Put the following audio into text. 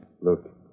Look